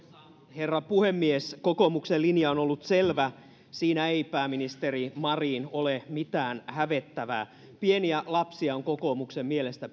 herra puhemies kokoomuksen linja on ollut selvä siinä ei pääministeri marin ole mitään hävettävää pieniä lapsia on kokoomuksen mielestä